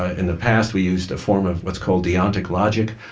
ah in the past we used a form of what's called deontic logic,